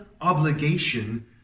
obligation